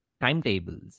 timetables